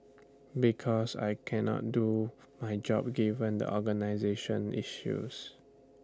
because I cannot do my job given the organisational issues